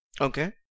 Okay